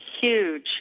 huge